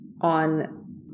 on